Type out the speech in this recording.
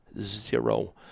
zero